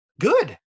Good